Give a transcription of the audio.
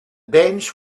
bench